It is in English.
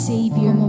Savior